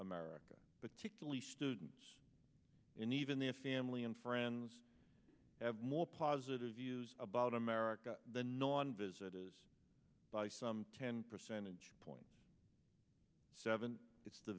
america particularly students and even their family and friends have more positive views about america the non visit is by some ten percentage point seven it's the